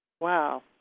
Wow